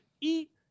eat